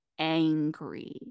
angry